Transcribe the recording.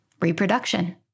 reproduction